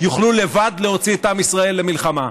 יוכלו לבד להוציא את עם ישראל למלחמה.